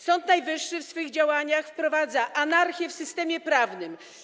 Sąd Najwyższy w swych działaniach wprowadza anarchię w systemie prawnym.